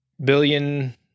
billion